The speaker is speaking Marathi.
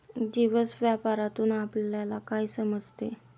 दिवस व्यापारातून आपल्यला काय समजते